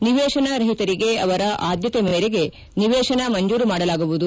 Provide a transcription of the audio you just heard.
ನಿವೇಶನ ರಹಿತರಿಗೆ ಅವರ ಆದ್ಭತೆ ಮೇರೆಗೆ ನಿವೇಶನ ಮಂಜೂರು ಮಾಡಲಾಗುವುದು